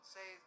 say